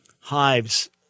hives